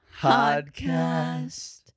podcast